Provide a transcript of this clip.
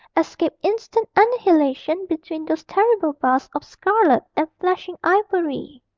escaped instant annihilation between those terrible bars of scarlet and flashing ivory.